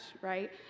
right